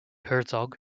herzog